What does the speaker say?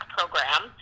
Program